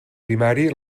primari